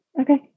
Okay